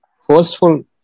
forceful